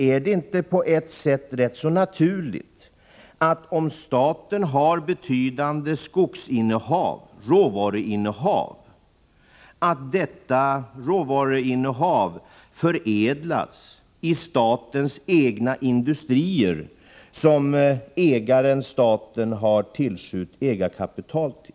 Är det inte på ett sätt naturligt att, om staten har betydande innehav av skogsråvara, denna råvara förädlas i statens egna industrier, dit ägaren staten har tillskjutit ägarkapital?